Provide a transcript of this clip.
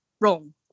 wrong